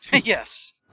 Yes